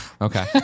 Okay